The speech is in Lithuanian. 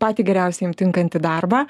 patį geriausią jum tinkantį darbą